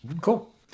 Cool